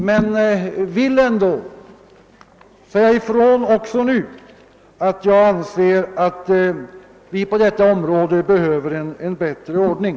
Jag vill dock säga ifrån också nu att jag anser att vi på detta område behöver få en bättre ordning.